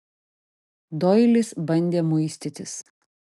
doilis bandė muistytis